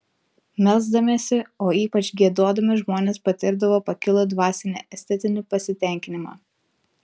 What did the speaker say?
melsdamiesi o ypač giedodami žmonės patirdavo pakilų dvasinį estetinį pasitenkinimą